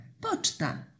Poczta